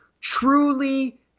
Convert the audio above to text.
truly